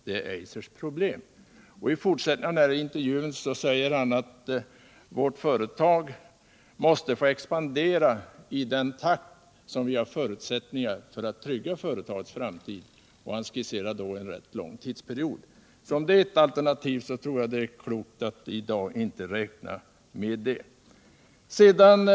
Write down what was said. Det är Eisers problem.” I fortsättningen av intervjun säger han att företaget måste få expandera i den takt man har förutsättningar för att trygga företagets framtid. Han skisserar då en rätt lång tidsperiod. Jag tror det är klokt att i dag inte räkna med det som alternativ.